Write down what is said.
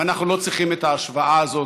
ואנחנו לא צריכים את ההשוואה הזאת,